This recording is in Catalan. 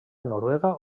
noruega